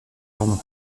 journaux